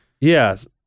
Yes